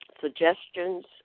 Suggestions